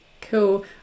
Cool